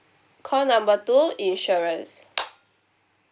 call number two insurance